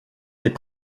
des